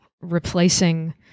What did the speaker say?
replacing